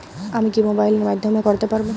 আমি কি মোবাইলের মাধ্যমে করতে পারব?